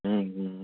હા હા